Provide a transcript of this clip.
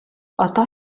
одоо